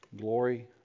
Glory